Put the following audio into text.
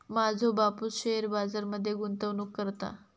माझो बापूस शेअर बाजार मध्ये गुंतवणूक करता